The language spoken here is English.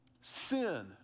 sin